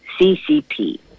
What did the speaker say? CCP